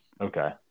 Okay